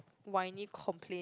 why need complain